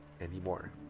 anymore